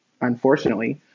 unfortunately